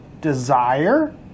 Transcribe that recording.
desire